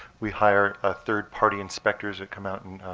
we hire ah third party inspectors that come out and